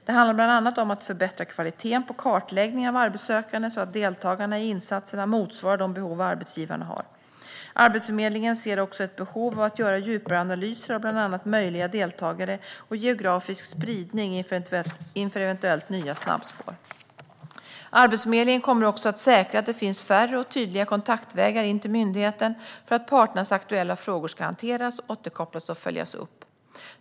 Det handlar bland annat om att förbättra kvaliteten på kartläggningen av arbetssökande så att deltagarna i insatserna motsvarar de behov arbetsgivarna har. Arbetsförmedlingen ser också ett behov av att göra djupare analyser av bland annat möjliga deltagare och geografisk spridning inför eventuellt nya snabbspår. Arbetsförmedlingen kommer också att säkra att det finns färre och tydliga kontaktvägar in till myndigheten för att parternas aktuella frågor ska hanteras, återkopplas och följas upp.